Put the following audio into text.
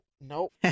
Nope